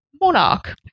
monarch